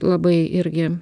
labai irgi